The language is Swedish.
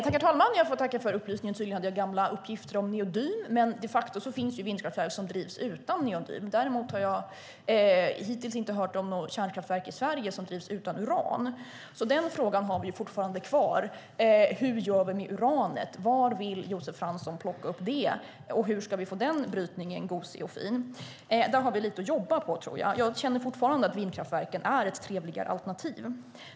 Herr talman! Jag får tacka för upplysningen. Tydligen hade jag gamla uppgifter om neodym. Men de facto finns vindkraftverk som drivs utan neodym. Däremot har jag hittills inte hört om något kärnkraftverk i Sverige som drivs utan uran. Den frågan har vi fortfarande kvar. Hur gör vi med uranet? Var vill Josef Fransson plocka upp det, och hur ska vi få den brytningen gosig och fin? Där har vi lite att arbeta med. Jag känner fortfarande att vindkraftverken är ett trevligare alternativ.